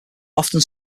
often